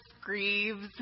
grieves